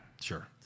Sure